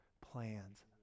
plans